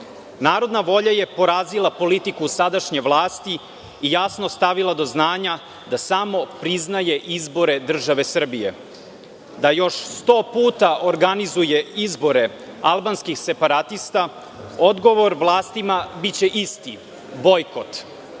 Srbije. Narodna volja je porazila politiku sadašnje vlasti i jasno stavila do znanja da samo priznaje izbore države Srbije. Da još sto puta organizuje izbore albanskih separatista, odgovor vlastima biće isti – bojkot.